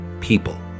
people